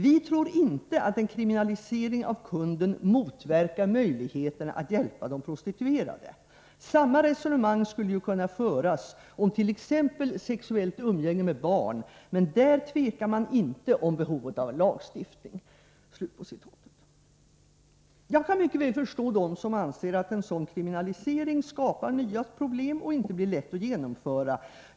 Vi tror inte att en kriminalisering av kunden motverkar möjligheterna att hjälpa de prostituerade. Samma resonemang skulle ju kunna föras om t.ex. sexuellt umgänge med barn, men där tvekar man inte om behovet av en lagstiftning.” Jag kan mycket väl förstå dem som anser att en kriminalisering skapar nya problem och inte blir lätt att genomföra.